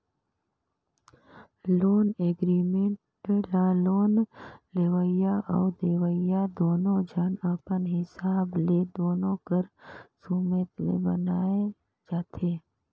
loan agreement ल loan लेवइया अउ देवइया दुनो झन अपन हिसाब ले दुनो कर सुमेत ले बनाए जाथें